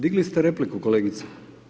Digli ste repliku, kolegice.